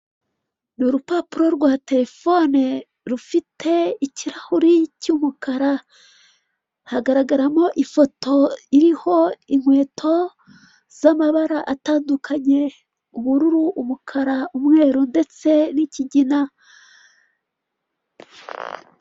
Ni urupapuro rwa telefone, rufite ikirahuri cy'umukara. Hagaragaramo ifoto iriho inkweto z'amabara atandukanye: ubururu, umukara, umweru, ndetse n'ikigina.